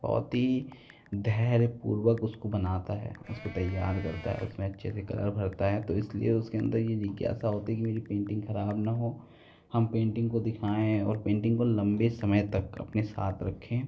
बहुत ही धैर्यपूर्वक उसको बनाता है उसको तैयार करता है उसमें अच्छे से कलर भरता है तो इसलिए उसके अंदर ये जिज्ञासा होती है कि मेरी पेन्टिंग खराब न हो हम पेन्टिंग को दिखाएँ और पेन्टिंग को लंबे समय तक अपने साथ रखें